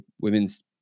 women's